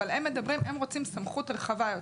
אבל הם רוצים סמכות רחבה יותר.